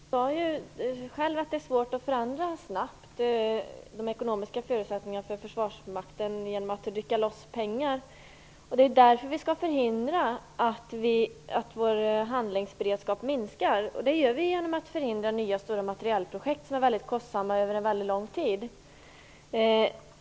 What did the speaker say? Herr talman! Britt Bohlin sade själv att det är svårt att snabbt förändra de ekonomiska förutsättningarna för försvarsmakten genom att rycka loss pengar. Det är därför vi skall förhindra att vår handlingsberedskap minskar. Det gör vi genom att förhindra nya stora materielprojekt som är väldigt kostsamma över väldigt lång tid.